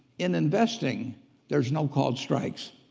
in investing there's not called strikes.